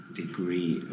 degree